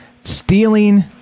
stealing